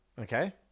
Okay